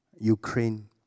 Ukraine